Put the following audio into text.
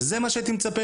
וזה מה שהייתי מצפה